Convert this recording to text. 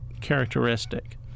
characteristic